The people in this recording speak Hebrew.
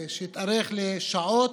שהתארך שעות,